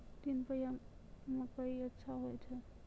तीन पछिया मकई अच्छा होय छै?